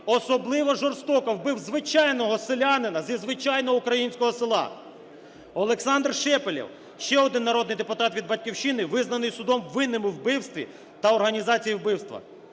особливо жорстоко вбив звичайного селянина зі звичайного українського села. ОлександрШепелев – ще один народний депутат від "Батьківщини" визнаний судом винним у вбивстві та організації вбивства.